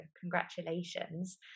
congratulations